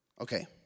Okay